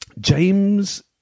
James